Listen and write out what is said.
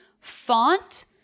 Font